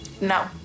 No